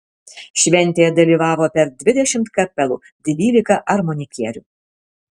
šventėje dalyvavo per dvidešimt kapelų dvylika armonikierių